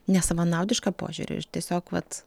nesavanaudišką požiūrį ir tiesiog vat